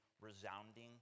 resounding